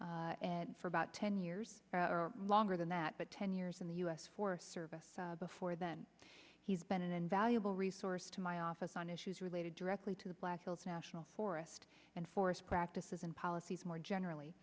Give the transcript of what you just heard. and for about ten years or longer than that but ten years in the u s forest service before then he's been an invaluable resource to my office on issues related directly to the black hills national forest and forest practices and policies more generally